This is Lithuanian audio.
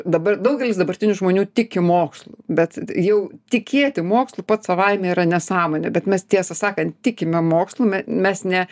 dabar daugelis dabartinių žmonių tiki mokslu bet jau tikėti mokslu pats savaime yra nesąmonė bet mes tiesą sakant tikime mokslu me mes ne